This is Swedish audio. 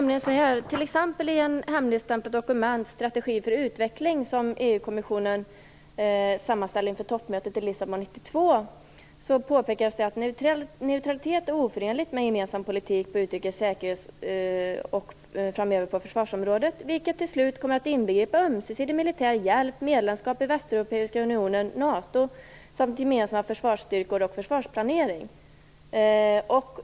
I ett hemligstämplat dokument om strategi för utveckling som EU-kommissionen sammanställde inför toppmötet i Lissabon 1992 påpekades att neutralitet är oförenlig med gemensam politik på utrikes-, säkerhets och framöver försvarsområdet, vilket till slut kommer att inbegripa ömsesidig militär hjälp, medlemskap i Västeuropeiska unionen, NATO samt gemensamma försvarsstyrkor och försvarsplanering.